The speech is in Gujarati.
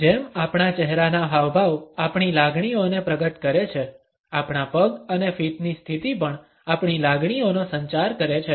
જેમ આપણા ચહેરાના હાવભાવ આપણી લાગણીઓને પ્રગટ કરે છે આપણા પગ અને ફીટની સ્થિતિ પણ આપણી લાગણીઓનો સંચાર કરે છે